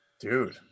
Dude